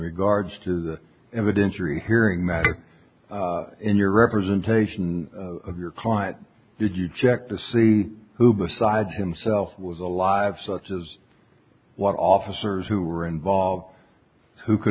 regards to the evidence rehearing that in your representation of your client did you check to see who besides himself was alive such as what officers who were involved who could